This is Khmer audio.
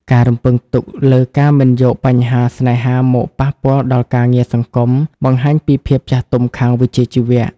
ការរំពឹងទុកលើ "ការមិនយកបញ្ហាស្នេហាមកប៉ះពាល់ដល់ការងារសង្គម" បង្ហាញពីភាពចាស់ទុំខាងវិជ្ជាជីវៈ។